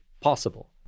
possible